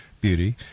beauty